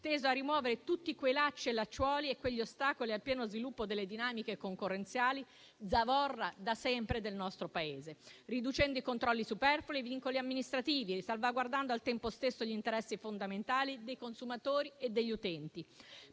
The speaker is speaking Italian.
teso a rimuovere tutti i lacci e lacciuoli e gli ostacoli al pieno sviluppo delle dinamiche concorrenziali, da sempre zavorra del nostro Paese, riducendo i controlli superflui e i vincoli amministrativi, salvaguardando al tempo stesso gli interessi fondamentali dei consumatori e degli utenti.